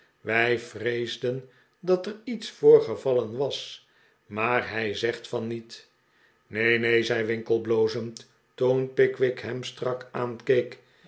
wij vreesden dat er iets voorgevallen was maar hij zegt van niet neen neen zei winkle blozend toen pickwick hem strak aankeek